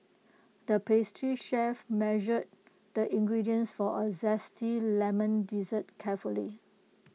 the pastry chef measured the ingredients for A Zesty Lemon Dessert carefully